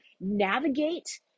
navigate